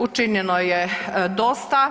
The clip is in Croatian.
Učinjeno je dosta.